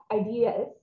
ideas